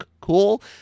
cool